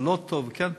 זה לא טוב וכן טוב,